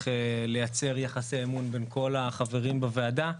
לייצר יחסי אמון בין כל החברים בוועדה.